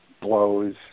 blows